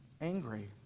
angry